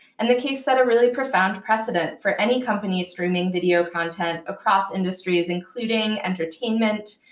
and the case set a really profound precedent for any company streaming video content across industries, including entertainment,